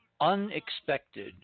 unexpected